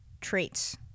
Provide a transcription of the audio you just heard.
traits